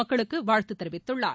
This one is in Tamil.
மக்களுக்கு வாழ்த்து தெரிவித்துள்ளார்